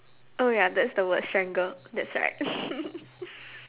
oh ya that's the word strangle that's right